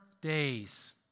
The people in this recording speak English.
days